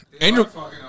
Angel